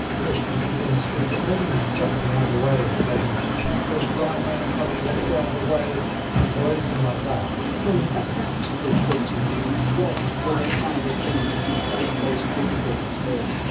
there were a few people on the street but nobody was jumping out the way and saying careful, blind man coming, let's get out the way or anything like that from a practical point of view, what were the kind of things that you found most difficult this morning?